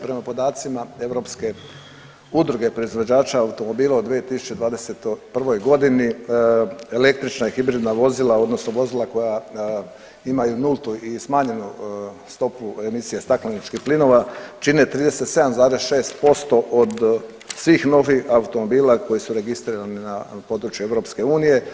Prema podacima Europske udruge proizvođača automobila od 2021.g. električna hibridna vozila odnosno vozila koja imaju nultu i smanjenu stopu emisije stakleničkih plinova čine 37,6% od svih novih automobila koji su registrirani na području EU.